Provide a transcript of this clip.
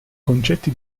concetti